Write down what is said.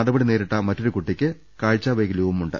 നടപടി നേരിട്ട മറ്റൊരു കുട്ടിക്ക് കാഴ്ചാവൈകല്യവു മുണ്ട്